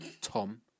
Tom